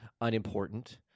unimportant –